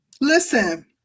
Listen